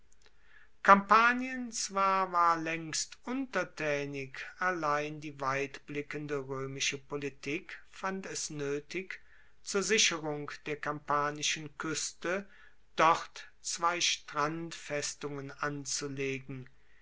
kampanien zwar war laengst untertaenig allein die weitblickende roemische politik fand es noetig zur sicherung der kampanischen kueste dort zwei strandfestungen anzulegen